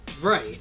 Right